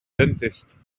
dentist